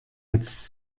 jetzt